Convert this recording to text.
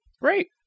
Great